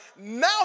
now